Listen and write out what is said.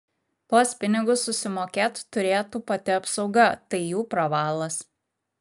tuos pinigus susimokėt turėtų pati apsauga tai jų pravalas